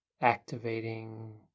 Activating